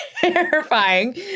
terrifying